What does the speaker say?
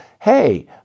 Hey